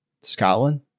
Scotland